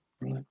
Right